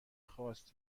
خواست